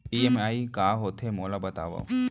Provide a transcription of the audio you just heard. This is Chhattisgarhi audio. ई.एम.आई का होथे, ओला बतावव